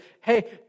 hey